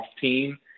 team